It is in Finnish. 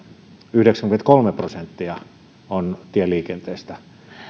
yhdeksänkymmentäkolme prosenttia on tieliikenteestä